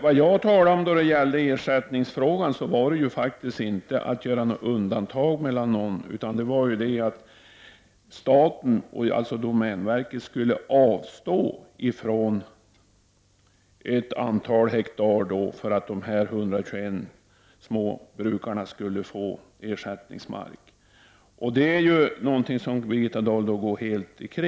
Vad jag talade om när det gällde ersättningsfrågan var inte att det skulle göras undantag för någon, utan det var att staten dvs. domänverket, skulle avstå från ett antal hektar för att dessa 121 småbrukare skulle få ersättningsmark. Det är någonting som Birgitta Dahl går helt förbi.